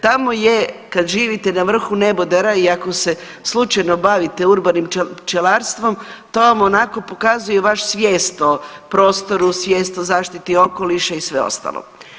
Tamo je kad živite na vrhu nebodera i ako se slučajno bavite urbanim pčelarstvom to vam onako pokazuje vašu svijest o prostoru, svijest o zaštiti okoliša i sve ostalo.